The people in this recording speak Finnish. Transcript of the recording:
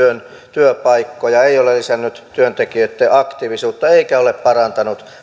työpaikkoja ei ole lisännyt työntekijöitten aktiivisuutta eikä ole parantanut